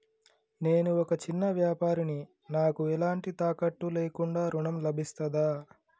నేను ఒక చిన్న వ్యాపారిని నాకు ఎలాంటి తాకట్టు లేకుండా ఋణం లభిస్తదా?